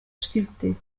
sculptée